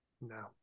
No